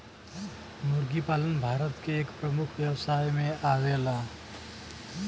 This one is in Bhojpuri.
मुर्गी पालन भारत के एक प्रमुख व्यवसाय में आवेला